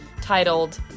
titled